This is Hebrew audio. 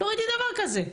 לא ראיתי דבר כזה.